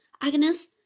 Agnes